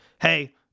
hey